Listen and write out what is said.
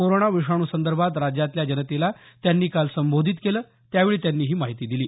corona विषाणूसंदर्भात राज्यातल्या जनतेला त्यांनी काल संबोधित केलं त्यावेळी त्यांनी ही घोषणा केली